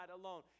alone